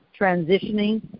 transitioning